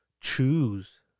choose